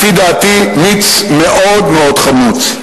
לפי דעתי, מיץ מאוד מאוד חמוץ.